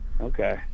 Okay